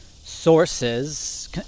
sources